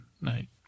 Night